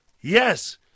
Yes